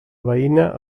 veïna